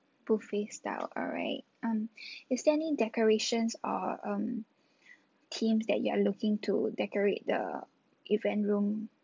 buffet style alright um is there any decorations or um themes that you are looking to decorate the event room